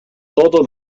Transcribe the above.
todos